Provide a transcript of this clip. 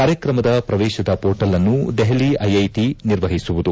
ಕಾರ್ಯಕ್ರಮದ ಪ್ರವೇಶದ ಮೋರ್ಟಲ್ಅನ್ನು ದೆಹಲಿ ಐಐಟಿ ನಿರ್ವಹಿಸುವುದು